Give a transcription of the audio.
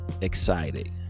excited